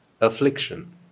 affliction